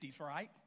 right